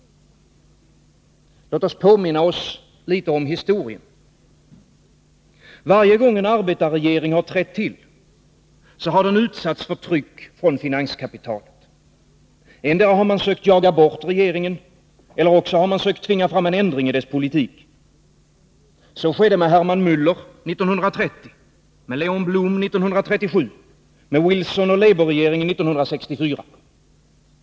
Låt oss påminna oss historien. Varje gång en arbetarregering har trätt till, har den utsatts för tryck från finanskapitalet. Endera har man sökt jaga bort regeringen, eller också har man sökt tvinga fram en ändring i dess politik. Så skedde med Hermann Mäller 1930, med Léon Blum 1937, med Wilson och labourregeringen 1964.